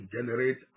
generate